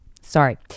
Sorry